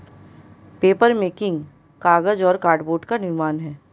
papermaking कागज और cardboard का निर्माण है